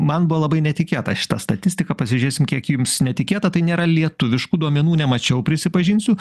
man buvo labai netikėta šita statistika pasižiūrėsim kiek jums netikėta tai nėra lietuviškų duomenų nemačiau prisipažinsiu